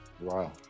Wow